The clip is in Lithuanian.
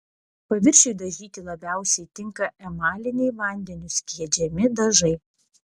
paviršiui dažyti labiausiai tinka emaliniai vandeniu skiedžiami dažai